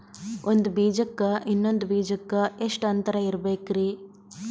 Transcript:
ಒಂದ್ ಬೀಜಕ್ಕ ಇನ್ನೊಂದು ಬೀಜಕ್ಕ ಎಷ್ಟ್ ಅಂತರ ಇರಬೇಕ್ರಿ?